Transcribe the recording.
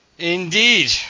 Indeed